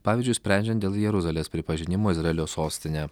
pavyzdžiui sprendžiant dėl jeruzalės pripažinimo izraelio sostine